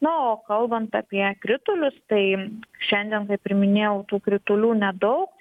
na o kalbant apie kritulius tai šiandien kaip ir minėjau tų kritulių nedaug